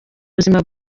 buzima